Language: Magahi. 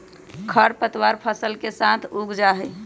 खर पतवार फसल के साथ उग जा हई